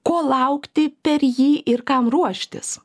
ko laukti per jį ir kam ruoštis